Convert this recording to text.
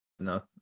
No